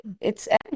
it's-